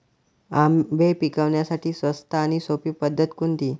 आंबे पिकवण्यासाठी स्वस्त आणि सोपी पद्धत कोणती?